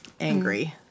Angry